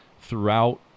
throughout